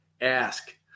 Ask